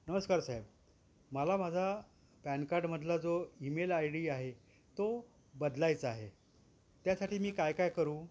नमस्कार साहेब मला माझा पॅन कार्डमधला जो ईमेल आय डी आहे तो बदलायचा आहे त्यासाठी मी काय काय करू